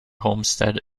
homestead